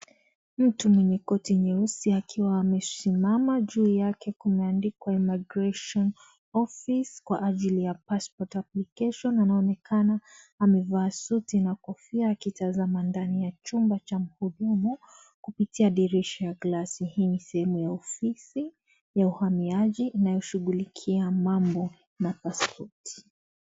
Mtu mwenye koti nyeusi akiwa amesimama juu yake kumeandikwa immigration office kwa ajili ya passport application . Inaonekana amevaa suti na kofia akitazama ndani ya chumba cha mhudumu kupitia dirisha ya glasi. Hii ni sehemu ya ofisi ya uhamiaji inashughulikia mambo na pasipoti.